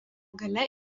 gale